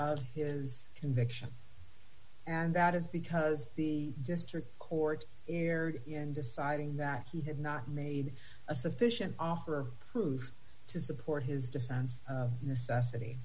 or his conviction and that is because the district court d erred in deciding that he had not made a sufficient offer proof to support his defense necessity